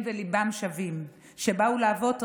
--- את מייצגת מפלגה מושחתת ביותר.